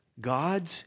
God's